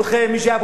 מי שהיה פה בכנסת,